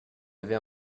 avez